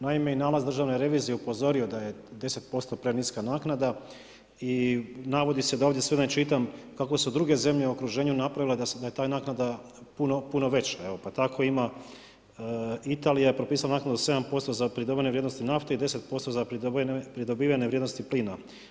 Naime, i nalaz Državne revizije upozorio je da je 10% preniska naknada i navodi se da ovdje sve ne čitam, kako su druge zemlje u okruženje napravile da je ta naknada puno veća pa evo tako ima Italija je propisala naknadu 7% za pridavanje vrijednosti nafte i 10% za pridobivene vrijednosti plina.